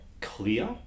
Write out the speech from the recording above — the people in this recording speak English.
clear